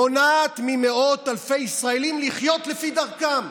מונעים ממאות אלפי ישראלים לחיות לפי דרכם,